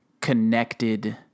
connected